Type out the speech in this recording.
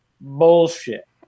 Bullshit